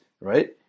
right